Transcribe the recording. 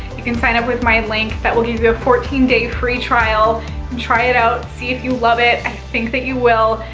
you can sign up with my link that will give you a fourteen day free trial and try it out. see if you love it. i think that you will,